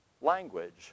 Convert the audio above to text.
language